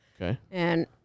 Okay